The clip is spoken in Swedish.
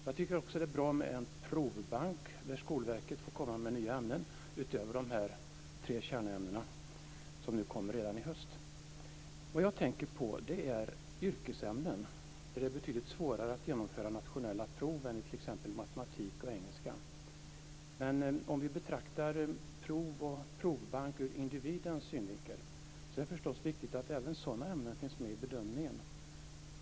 Jag tycker också att det är bra med en provbank där Skolverket får komma med nya ämnen, utöver de tre kärnämnen som kommer redan i höst. Vad jag tänker på är yrkesämnen, där det är betydligt svårare att genomföra nationella prov än i t.ex. matematik och engelska. Men om vi betraktar prov och provbank ur individens synvinkel är det förstås viktigt att även sådana ämnen finns med i bedömningen.